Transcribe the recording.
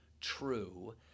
true